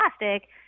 plastic